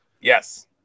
Yes